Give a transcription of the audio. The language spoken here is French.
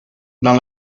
dans